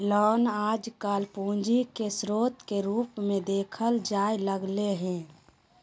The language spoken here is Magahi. लोन आजकल पूंजी के स्रोत के रूप मे देखल जाय लगलय हें